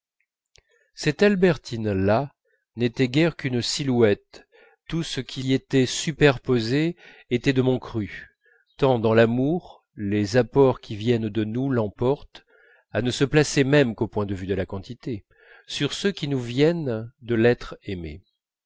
cette albertine là n'était guère qu'une silhouette tout ce qui était superposé était de mon cru tant dans l'amour les apports qui viennent de nous l'emportent à ne se placer même qu'au point de vue quantité sur ceux qui nous viennent de l'être aimé